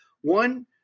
One